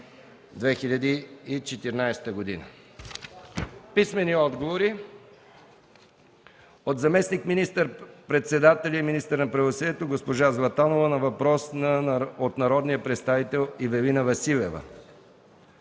2014 г. Писмени отговори от: - заместник-министър председателя и министър на правосъдието Зинаида Златанова на въпрос от народния представител Ивелина Василева;